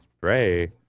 Bray